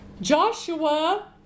Joshua